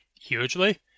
hugely